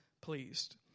pleased